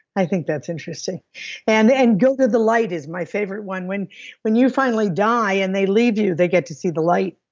i think that's interesting and and go to the light is my favorite one. when when you finally die, and they leave you, they get to see the light.